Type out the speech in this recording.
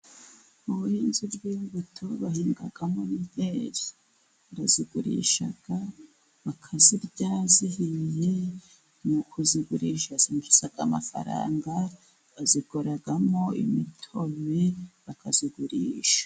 Mu buhinzi bw'imbuto bahingamo n'inkeri, barazigurisha bakazirya zihiye, mu kuzigurisha zinjiza amafaranga, bazikoramo imitobe bakayigurisha.